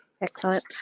excellent